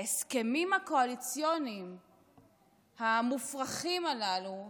ההסכמים הקואליציוניים המופרכים הללו,